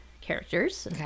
characters